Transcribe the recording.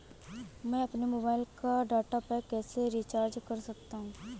मैं अपने मोबाइल का डाटा पैक कैसे रीचार्ज कर सकता हूँ?